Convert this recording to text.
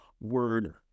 word